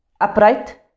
upright